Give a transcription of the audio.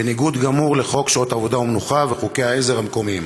בניגוד גמור לחוק שעות עבודה ומנוחה וחוקי העזר המקומיים.